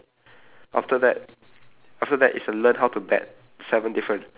after that is the sign pet centre one more sixth difference